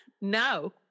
No